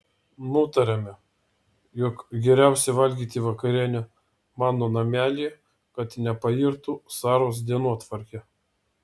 nutariame jog geriausia valgyti vakarienę mano namelyje kad nepairtų saros dienotvarkė